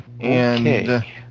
Okay